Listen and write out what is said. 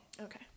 Okay